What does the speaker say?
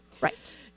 Right